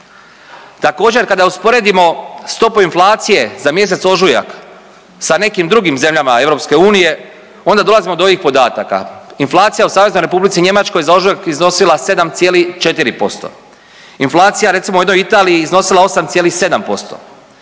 Također, kada usporedimo stopu inflacije za mjesec ožujak sa nekim drugim zemljama EU, onda dolazimo do ovih podataka. Inflacija u SR Njemačkoj za ožujak iznosila 7,4%, inflacija, recimo, u jednoj Italiji iznosila 8,7%,